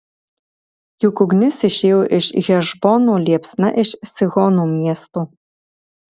juk ugnis išėjo iš hešbono liepsna iš sihono miesto